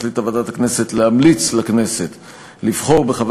החליטה ועדת הכנסת להמליץ לכנסת לבחור בחבר